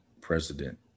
President